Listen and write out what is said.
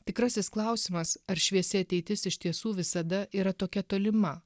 tikrasis klausimas ar šviesi ateitis iš tiesų visada yra tokia tolima